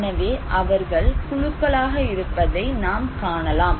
எனவே அவர்கள் குழுக்களாக இருப்பதை நாம் காணலாம்